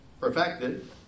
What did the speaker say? perfected